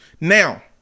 Now